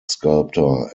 sculptor